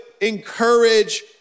encourage